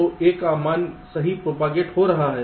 तो A का मान सही प्रोपागेट हो रहा है